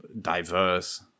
diverse